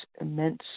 immense